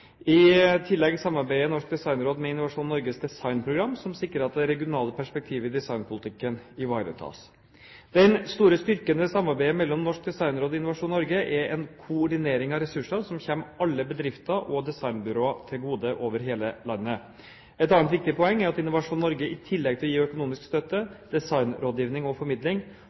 i hele landet. I tillegg samarbeider Norsk Designråd med Innovasjon Norges designprogram, som sikrer at det regionale perspektivet i designpolitikken ivaretas. Den store styrken ved samarbeidet mellom Norsk Designråd og Innovasjon Norge er en koordinering av ressurser som kommer alle bedrifter og designbyråer over hele landet til gode. Et annet viktig poeng er at Innovasjon Norge,